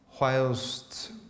whilst